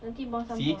nanti buang sampah